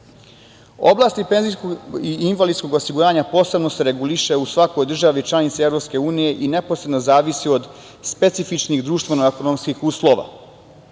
drugih. Oblast penzijskog i invalidskog osiguranja posebno se reguliše u svakoj državi članici Evropske unije i neposredno zavisi od specifičnih društveno ekonomskih uslova.